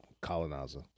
Colonizer